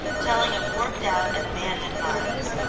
telling of worked-out and abandoned mines.